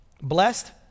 Blessed